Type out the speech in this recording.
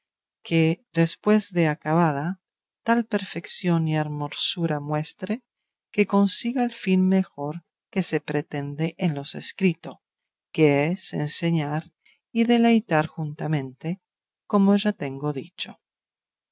que después de acabada tal perfeción y hermosura muestre que consiga el fin mejor que se pretende en los escritos que es enseñar y deleitar juntamente como ya tengo dicho